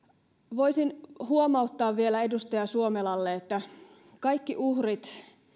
voisin huomauttaa vielä edustaja suomelalle että kaikki uhrit